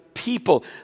People